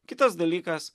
kitas dalykas